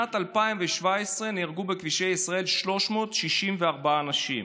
בשנת 2017 נהרגו בכבישי ישראל 364 אנשים.